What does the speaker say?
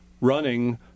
running